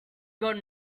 got